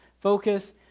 Focus